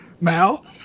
Mal